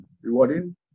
rewarding